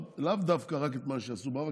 לאו דווקא רק את מה שעשו בעבר,